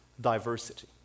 diversity